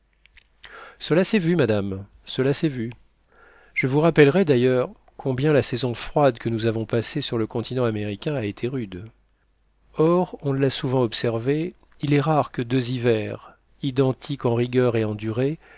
cela s'est vu madame cela s'est vu je vous rappellerai d'ailleurs combien la saison froide que nous avons passée sur le continent américain a été rude or on l'a souvent observé il est rare que deux hivers identiques en rigueur et